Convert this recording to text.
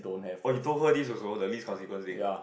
oh he told her this also the least consequence thing